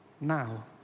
now